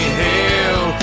hell